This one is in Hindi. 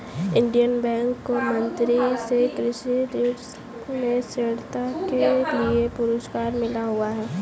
इंडियन बैंक को मंत्री से कृषि ऋण में श्रेष्ठता के लिए पुरस्कार मिला हुआ हैं